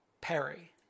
Perry